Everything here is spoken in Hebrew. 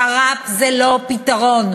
שר"פ זה לא פתרון.